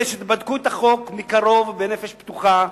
אלה שבדקו את החוק מקרוב בנפש פתוחה,